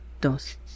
dos